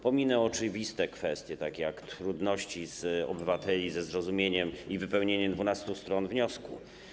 Pominę oczywiste kwestie, takie jak trudności obywateli ze zrozumieniem i wypełnieniem 12 stron wniosku.